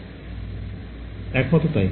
Student Only that ছাত্র ছাত্রীঃ একমাত্র তাই